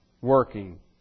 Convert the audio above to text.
Working